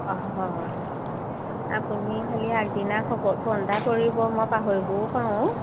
অঁ হয় আপুনি খালি আগদিনা খবৰ ফোন এটা কৰিব মই পাহৰিবও পাৰোঁ